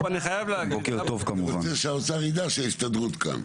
אני מבקש שהאוצר ידע שההסתדרות כאן.